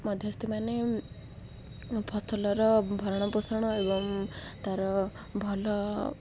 ମଧ୍ୟସ୍ଥିମାନେ ଫସଲର ଭରଣ ପୋଷଣ ଏବଂ ତାର ଭଲ